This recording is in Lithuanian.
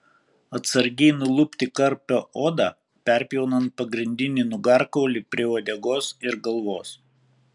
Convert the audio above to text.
atsargiai nulupti karpio odą perpjaunant pagrindinį nugarkaulį prie uodegos ir galvos